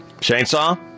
chainsaw